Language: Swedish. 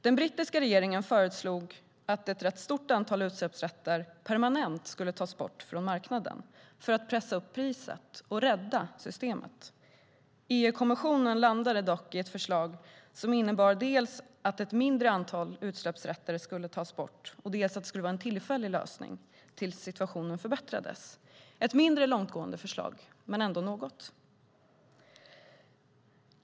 Den brittiska regeringen föreslog att ett rätt stort antal utsläppsrätter permanent skulle tas bort från marknaden för att pressa upp priset och rädda systemet. EU-kommissionen landade dock i ett förslag som innebar dels att ett mindre antal utsläppsrätter skulle tas bort, dels att det skulle vara en tillfällig lösning tills situationen förbättrades - ett mindre långtgående förslag men ändå något.